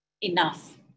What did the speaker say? enough